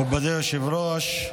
מכובדי היושב-ראש,